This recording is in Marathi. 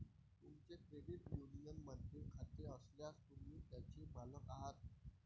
तुमचे क्रेडिट युनियनमध्ये खाते असल्यास, तुम्ही त्याचे मालक आहात